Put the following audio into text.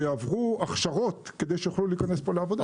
שיעברו הכשרות כדי שיוכלו להיכנס פה לעבודה.